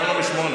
גם לא ב-8.